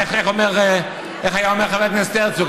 איך היה אומר חבר הכנסת הרצוג?